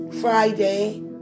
Friday